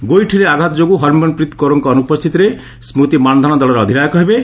ଗୋଇଠିରେ ଆଘାତ ଯୋଗୁଁ ହର୍ମନ୍ପ୍ରୀତ୍ କୌରଙ୍କ ଅନୁପସ୍ଥିତିରେ ସ୍କୃତି ମାନ୍ଧନା ଦଳର ଅଧିନାୟକ ହେବେ